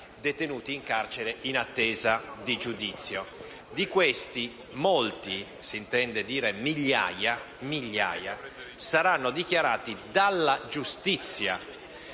detenuti in carcere in attesa di giudizio. Di questi molti (s'intende dire migliaia) saranno dichiarati innocenti dalla giustizia